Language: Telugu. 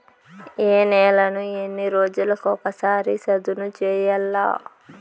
ఏ నేలను ఎన్ని రోజులకొక సారి సదును చేయల్ల?